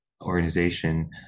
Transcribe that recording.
organization